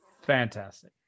fantastic